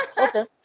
okay